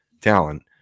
talent